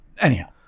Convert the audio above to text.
Anyhow